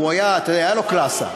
והייתה לו קלאסה,